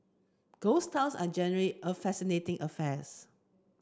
ghost towns are generally a fascinating affairs